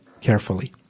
carefully